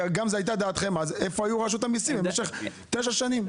וזו גם הייתה דעתכם איפה הייתה רשות המסים במשך תשע שנים?